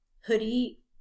Hoodie